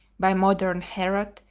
by modern herat,